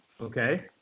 okay